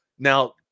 Now